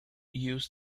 use